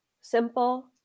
simple